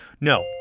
No